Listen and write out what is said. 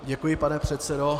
Děkuji, pane předsedo.